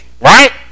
Right